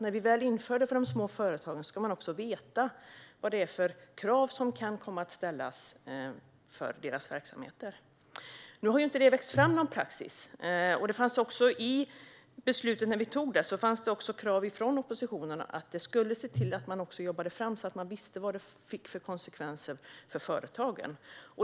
När vi väl inför det för de små företagen ska de veta vad det är för krav som kan komma att ställas på deras verksamheter. Nu har det inte vuxit fram någon praxis. När vi fattade beslutet fanns det krav från oppositionen på att jobba fram det så att man visste vad det fick för konsekvenser för företagen.